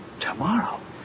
tomorrow